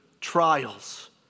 trials